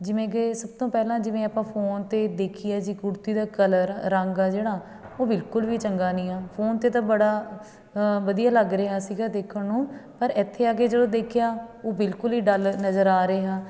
ਜਿਵੇਂ ਕਿ ਸਭ ਤੋਂ ਪਹਿਲਾਂ ਜਿਵੇਂ ਆਪਾਂ ਫੋਨ 'ਤੇ ਦੇਖੀਏ ਜੀ ਕੁੜਤੀ ਦਾ ਕਲਰ ਰੰਗ ਆ ਜਿਹੜਾ ਉਹ ਬਿਲਕੁਲ ਵੀ ਚੰਗਾ ਨਹੀਂ ਆ ਫੋਨ 'ਤੇ ਤਾਂ ਬੜਾ ਵਧੀਆ ਲੱਗ ਰਿਹਾ ਸੀਗਾ ਦੇਖਣ ਨੂੰ ਪਰ ਇੱਥੇ ਆ ਕੇ ਜਦੋਂ ਦੇਖਿਆ ਉਹ ਬਿਲਕੁਲ ਹੀ ਡੱਲ ਨਜ਼ਰ ਆ ਰਿਹਾ